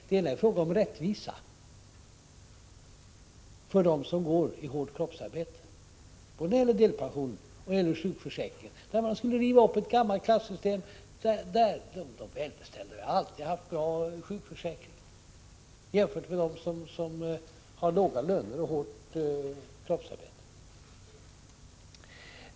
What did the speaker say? Det hela är'en fråga om rättvisa för dem som går i hårt kroppsarbete, både när det gäller delpension och sjukförsäkring. De välbeställda har alltid haft bra sjukförsäkring jämfört med dem som har låga löner och hårt kroppsarbete.